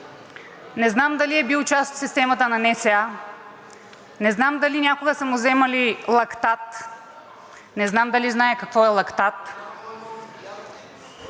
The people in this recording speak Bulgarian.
Не знам дали е бил част от системата на НСА, не знам дали някога са му взимали лактат – не знам дали знае какво е лактат...